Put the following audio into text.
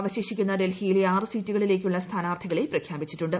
അവശേഷിക്കുന്ന ഡൽഹിയിലെ ആറു സീറ്റുകളിലേയ്ക്കുമുള്ള സ്ഥാനാർത്ഥികളെ പ്രഖ്യാപിച്ചിട്ടുണ്ട്